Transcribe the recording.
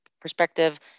perspective